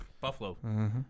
Buffalo